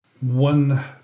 One